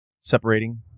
separating